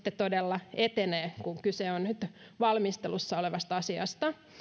sitten todella etenee kun kyse on nyt valmistelussa olevasta asiasta